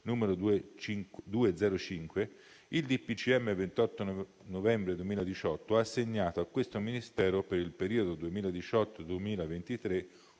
n. 205, il DPCM del 28 novembre 2018 ha assegnato a questo Ministero per il periodo 2018-2023